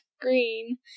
Green